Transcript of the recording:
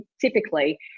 typically